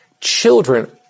Children